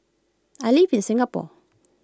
I live in Singapore